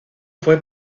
fue